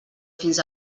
fins